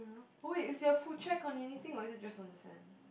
wait is your food shack on anything or is it just on the sand